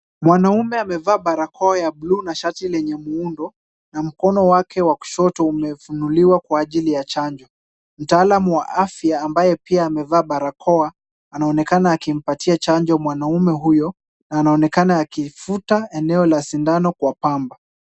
Mwanaume amevaa barakoa ya buluu na shati lenye muundo, na mkono wake wa kushoto umefunuliwa kwa ajili ya chanjo. Mtaalam wa afya ambaye pia amevaa barakoa anaonekana akimpatia chanjo mwanaume huyo na anaonekana akifuta eneo la sindano kwa pamba.